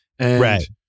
Right